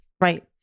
Right